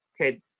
okay